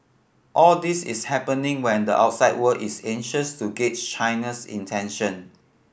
all this is happening when the outside world is anxious to gauge China's intention